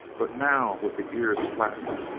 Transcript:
but now with the ears flattened,